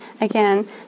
Again